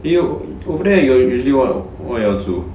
eh over over there you all usually what you all 煮